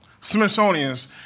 Smithsonian's